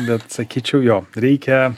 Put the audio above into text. bet sakyčiau jo reikia